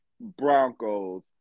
Broncos